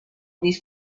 these